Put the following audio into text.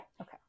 okay